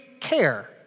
care